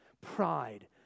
Pride